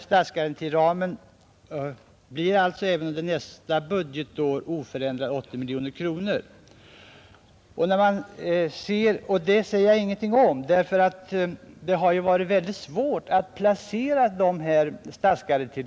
Statsgarantiramen blir alltså även under nästa budgetår 80 miljoner kronor. Detta säger jag ingenting om, eftersom det har varit svårt att placera dessa statsgarantilån.